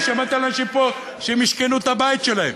אני שמעתי אנשים פה שמשכנו את הבית שלהם.